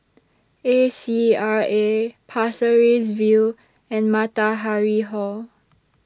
A C R A Pasir Ris View and Matahari Hall